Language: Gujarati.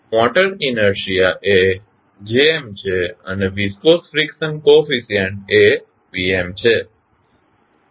મોટર ઇનેર્શીઆ એ Jm છે અને વિસ્કોસ ફ્રીક્શન કોફીસ્યંટ એ Bm છે